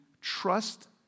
trust